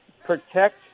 protect